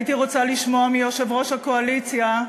הייתי רוצה לשמוע מיושב-ראש הקואליציה,